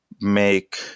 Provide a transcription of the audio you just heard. make